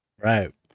right